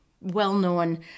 well-known